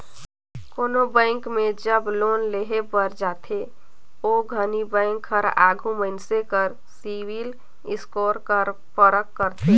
कोनो बेंक में जब लोन लेहे बर जाथे ओ घनी बेंक हर आघु मइनसे कर सिविल स्कोर कर परख करथे